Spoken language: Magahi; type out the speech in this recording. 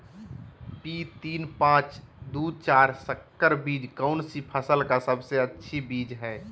पी तीन पांच दू चार संकर बीज कौन सी फसल का सबसे अच्छी बीज है?